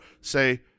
say